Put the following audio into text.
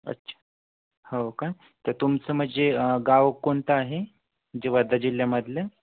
अच्छा हो का तर तुमचं म्हणजे गाव कोणतं आहे जे वर्धा जिल्ह्यामधलं